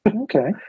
Okay